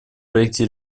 проекте